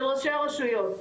של ראשי הרשויות,